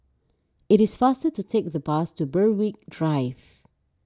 it is faster to take the bus to Berwick Drive